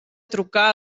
trucar